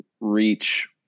reach